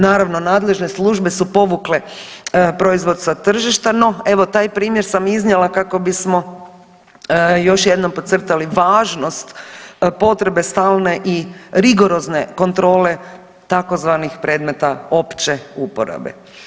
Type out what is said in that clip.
Naravno, nadležne službe su povukle proizvod sa tržišta, no evo taj primjer sam iznijela kako bismo još jednom podcrtali važnost potrebe stalne rigorozne kontrole tzv. predmeta opće uporabe.